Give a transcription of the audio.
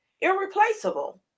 irreplaceable